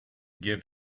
give